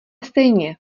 stejně